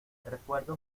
recuerdo